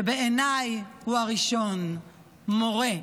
שבעיניי הוא הראשון: מורה.